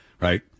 right